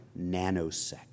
nanosecond